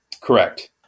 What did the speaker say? Correct